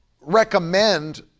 recommend